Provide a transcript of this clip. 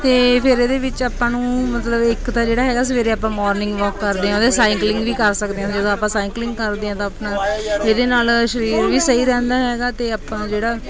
ਅਤੇ ਫਿਰ ਇਹਦੇ ਵਿੱਚ ਆਪਾਂ ਨੂੰ ਮਤਲਬ ਇੱਕ ਤਾਂ ਜਿਹੜਾ ਹੈਗਾ ਸਵੇਰੇ ਆਪਾਂ ਮੋਰਨਿੰਗ ਵਾਕ ਕਰਦੇ ਹਾਂ ਉਹਦੇ ਸਾਈਕਲਿੰਗ ਵੀ ਕਰ ਸਕਦੇ ਹੈਗੇ ਜਦੋਂ ਆਪਾਂ ਸਾਈਕਲਿੰਗ ਕਰਦੇ ਹਾਂ ਤਾਂ ਆਪਣਾ ਇਹਦੇ ਨਾਲ ਸਰੀਰ ਵੀ ਸਹੀ ਰਹਿੰਦਾ ਹੈਗਾ ਅਤੇ ਆਪਾਂ ਜਿਹੜਾ